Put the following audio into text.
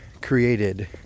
created